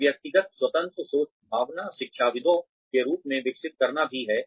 यह व्यक्तिगत स्वतंत्र सोच भावना शिक्षाविदों के रूप में विकसित करना भी है